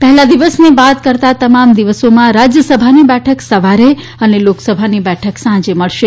પહેલા દિવસને બાદ કરતા તમા દિવસોમાં રાજયસભાની બેઠક સવારે અને લોકસભાની બેઠક સાંજે મળશે